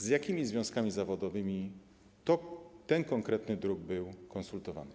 Z jakimi związkami zawodowymi ten konkretny druk był konsultowany?